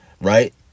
right